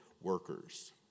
workers